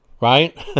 right